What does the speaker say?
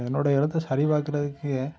என்னோடய எழுத்தை சரி பார்க்குறதுக்கு